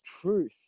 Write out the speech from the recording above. truth